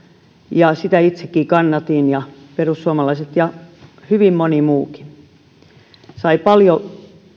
ja sitä itsekin kannatin ja perussuomalaiset kannattivat ja hyvin moni muukin se lakialoite sai paljon